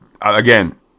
Again